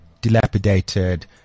dilapidated